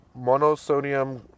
monosodium